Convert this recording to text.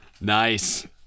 Nice